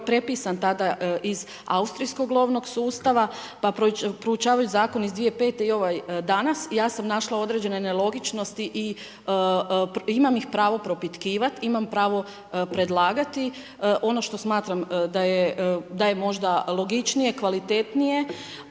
prepisan tada iz Austrijskog lovnog sustava, pa proučavajući Zakon iz 1995. i ovaj danas ja sam našla određene nelogičnosti. Imam i pravo propitkivati, imam pravo predlagati. Ono što smatram da je možda logičnije, kvalitetnije.